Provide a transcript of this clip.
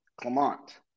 Clement